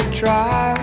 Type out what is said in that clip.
try